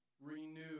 renew